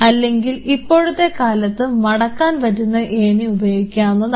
അല്ലെങ്കിൽ ഇപ്പോഴത്തെ കാലത്ത് മടക്കാൻ പറ്റുന്ന ഏണി ഉപയോഗിക്കാവുന്നതാണ്